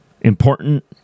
important